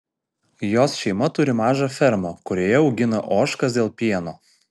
jos šeima turi mažą fermą kurioje augina ožkas dėl pieno